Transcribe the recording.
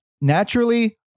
Naturally